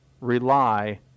rely